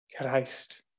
Christ